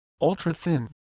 Ultra-Thin